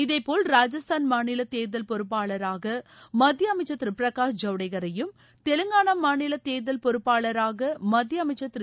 இதே போல் ராஜஸ்தான் மாநில தேர்தல் பொறப்பாளராக மத்திய அமைச்சர் திரு பிரகாஷ் ஜவடேகரையும் தெலங்கானா மாநில தேர்தல் பொறுப்பாளராக மத்திய அமைச்சர் திரு